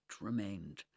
remained